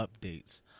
updates